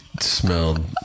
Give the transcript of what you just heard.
smelled